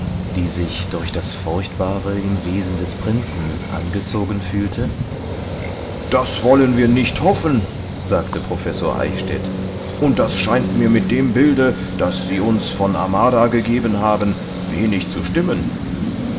die sich durch das furchtbare im wesen des prinzen angezogen fühlte das wollen wir nicht hoffen sagte professor eichstädt und das scheint mir mit dem bilde das sie uns von amara gegeben haben wenig zu stimmen